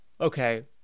Okay